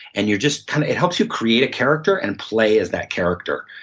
and you're just kind of it helps you create a character and play as that character.